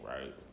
right